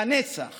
לנצח